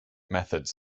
methods